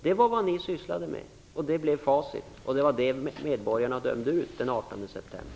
Det var vad ni sysslade med. Det blev facit. Det var detta medborgarna dömde ut den 18 september.